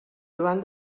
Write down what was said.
joan